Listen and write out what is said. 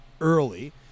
early